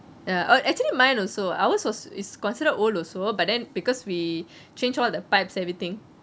ya actually mine also ours was is considered old also but then because we change all the pipes everything